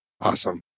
Awesome